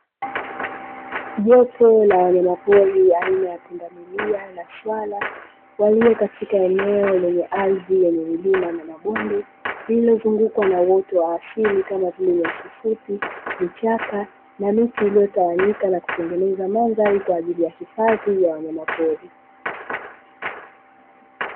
Jopo la wanyamapori aina ya pundamilia na swala, walio katika eneo la ardhi lenye milima na mabonde, lililozungukwa na uoto wa asili kama vile; nyasi fupi, vichaka na miti iliyotawanyika kwa na kutengeneza mandhari kwa ajili ya hifadhi ya wanyamapori.